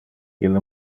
ille